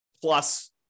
plus